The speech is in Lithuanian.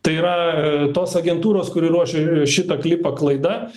tai yra tos agentūros kuri ruošė šitą klipą klaida